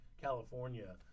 California